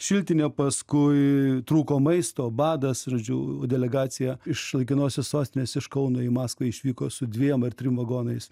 šiltinė paskui trūko maisto badas žodžiu delegacija iš laikinosios sostinės iš kauno į maskvą išvyko su dviem ar trim vagonais